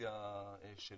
אוריינטציה של